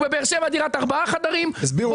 ובבאר-שבע זו תהיה דירת ארבעה חדרים והוא